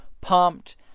pumped